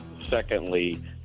Secondly